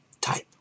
type